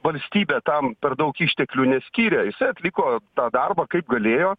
valstybė tam per daug išteklių neskyrė jisai atliko tą darbą kaip galėjo